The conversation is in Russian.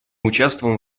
участвуем